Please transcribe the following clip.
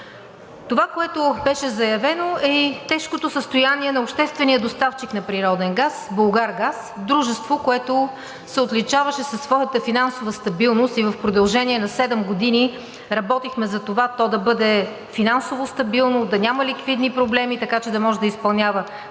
Това, което беше заявено, е и тежкото състояние на обществения доставчик на природен газ „Булгаргаз“ – дружество, което се отличаваше със своята финансова стабилност, и в продължение на седем години работихме за това то да бъде финансово стабилно, да няма ликвидни проблеми, така че да може да изпълнява